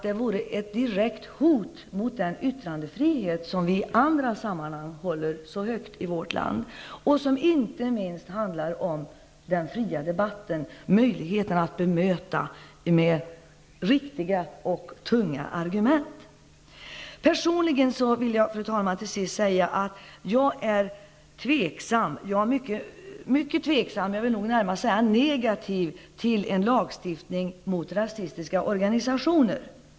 Det vore ett direkt hot mot den yttrandefrihet som vi i andra sammanhang håller så högt i vårt land. Det handlar inte minst om den fria debatten -- möjligheten att bemöta med riktiga och tunga argument. Fru talman! Personligen är jag tveksam, närmast negativ till en lagstiftning mot rasistiska organisationer.